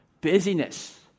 Busyness